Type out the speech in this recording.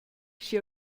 sche